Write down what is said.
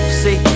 see